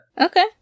okay